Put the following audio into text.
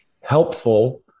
helpful